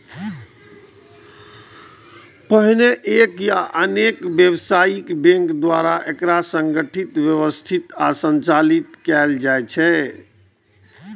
पहिने एक या अनेक व्यावसायिक बैंक द्वारा एकरा संगठित, व्यवस्थित आ संचालित कैल जाइ छै